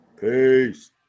Peace